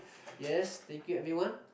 yes thank you everyone